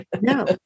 No